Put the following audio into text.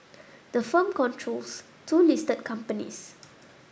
the firm controls two listed companies